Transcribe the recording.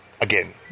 again